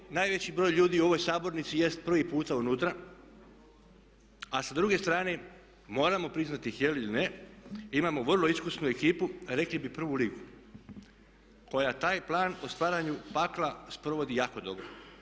Ovdje najveći broj ljudi u ovoj sabornici jest privi puta unutra, a s druge strane moramo priznati htjeli ili ne imamo vrlo iskusnu ekipu, rekli bi prvu ligu koja taj plan o stvaranju pakla sprovodi jako dobro.